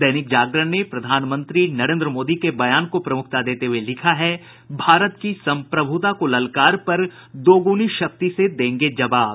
दैनिक जागरण ने प्रधानमंत्री नरेन्द्र मोदी के बयान को प्रमुखता देते हुये लिखा है भारत की सम्प्रभुता को ललकार पर दोगुनी शक्ति से देंगे जवाब